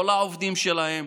לא לעובדים שלהם,